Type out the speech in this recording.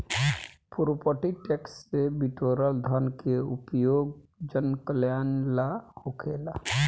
property tax से बिटोरल धन के उपयोग जनकल्यान ला होखेला